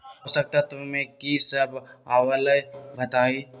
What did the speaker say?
पोषक तत्व म की सब आबलई बताई?